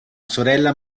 sorella